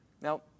Now